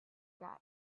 guy